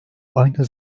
aynı